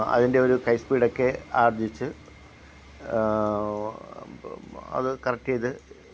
അതിന്റെയൊരു കൈ സ്പീഡൊക്കെ ആര്ജിച്ച് അത് കറക്റ്റ് ചെയ്തു